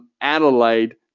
Adelaide